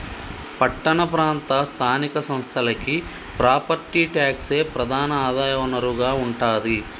పట్టణ ప్రాంత స్థానిక సంస్థలకి ప్రాపర్టీ ట్యాక్సే ప్రధాన ఆదాయ వనరుగా ఉంటాది